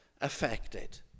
affected